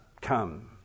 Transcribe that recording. come